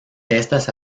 estas